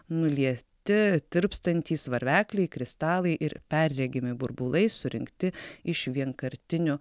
nulieti tirpstantys varvekliai kristalai ir perregimi burbulai surinkti iš vienkartinių